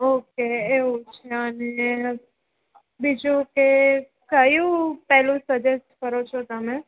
okay એવું છે અને બીજું કે કયું પેલું સજેસ્ટ કરો છો તમે